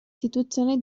situazioni